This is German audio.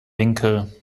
winkel